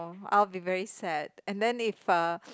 oh I'll be very sad and then if uh